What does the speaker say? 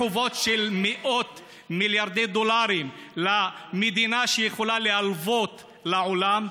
מחובות של מאות מיליארדי דולרים למדינה שיכולה להלוות לעולם,